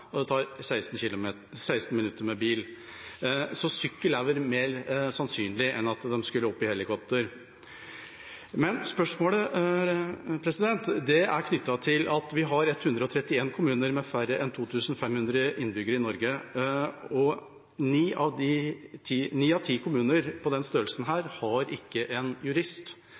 og det tar 16 minutter med bil. Så sykkel er vel mer sannsynlig enn at de skal opp i helikopter. Men spørsmålet er knyttet til at vi har 131 kommuner med færre enn 2 500 innbyggere i Norge, og ni av ti kommuner på den størrelsen har ikke en jurist.